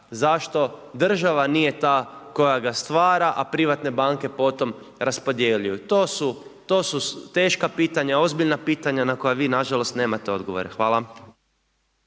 zašto država nije ta koja ga stvara a privatne banke potom raspodjeljuju? To su teška pitanja, ozbiljna pitanja na koja vi nažalost nemate odgovore, hvala.